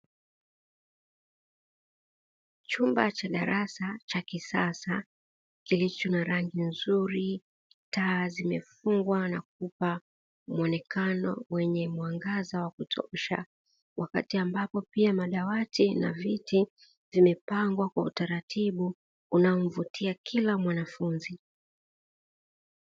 Chumba cha darasa cha kisasa kilicho na rangi nzuri, taa zimefungwa na kuupa muonekano wenye mwangaza wa kutosha, wakati ambapo pia madawati na viti vimepangwa kwa utaratibu unaomvutia kila mwanafunzi.